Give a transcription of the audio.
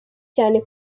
cyane